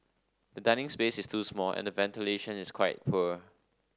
the dining space is too small and ventilation is quite poor